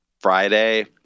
Friday